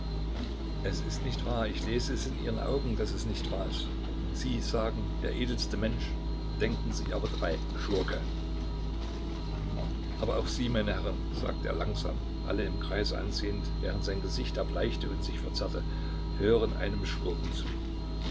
es ist nicht wahr ich lese es in ihren augen daß es nicht wahr ist sie sagen der edelste mensch denken sich aber dabei schurke aber auch sie meine herren sagte er langsam alle im kreise ansehend während sein gesicht erbleichte und sich verzerrte hören einem schurken zu